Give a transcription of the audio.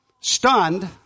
Stunned